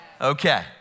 Okay